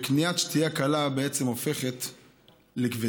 וקניית שתייה קלה בעצם הופכת לכבדה.